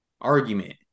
argument